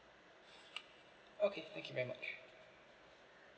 okay thank you very much